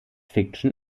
fiction